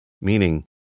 Meaning